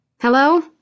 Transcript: Hello